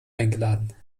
eingeladen